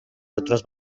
otros